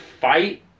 fight